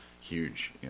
huge